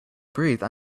breathe